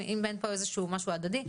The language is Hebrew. אם אין פה איזשהו משהו הדדי.